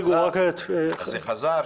ואז זה חזר,